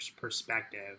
perspective